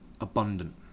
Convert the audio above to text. Abundant